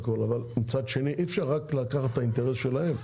אבל מצד שני אי אפשר לקחת רק את האינטרס שלהם,